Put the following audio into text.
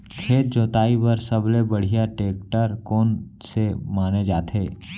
खेत जोताई बर सबले बढ़िया टेकटर कोन से माने जाथे?